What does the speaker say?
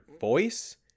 voice